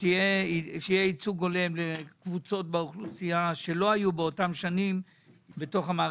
שיהיה ייצוג הולם לקבוצות באוכלוסייה שלא היו באותן שנים במערכת,